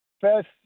first